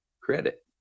credit